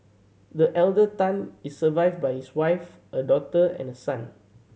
the elder Tan is survived by his wife a daughter and a son